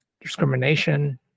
discrimination